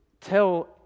tell